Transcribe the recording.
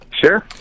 Sure